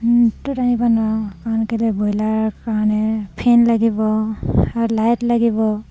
আনিব নোৱাৰোঁ কাৰণ কেলে ব্ৰইলাৰ কাৰণে ফেন লাগিব আৰু লাইট লাগিব